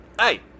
hey